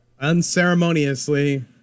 unceremoniously